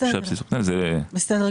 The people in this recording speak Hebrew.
בסדר גמור.